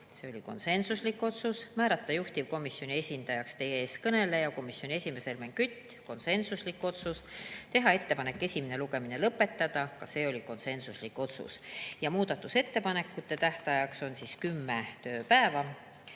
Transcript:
see oli konsensuslik otsus; määrata juhtivkomisjoni esindajaks teie ees kõneleja, komisjoni esimees Helmen Kütt, konsensuslik otsus; teha ettepanek esimene lugemine lõpetada, ka see oli konsensuslik otsus. Muudatusettepanekute tähtajaks on kümme tööpäeva